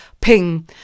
Ping